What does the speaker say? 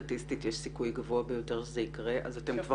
סטטיסטי שזה יקרה אתם תוכלו כבר לחקור?